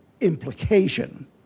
implication